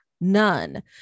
none